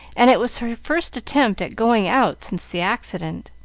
and it was her first attempt at going out since the accident.